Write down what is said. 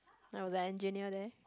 I was an engineer there